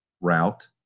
route